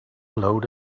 load